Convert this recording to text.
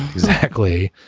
exactly.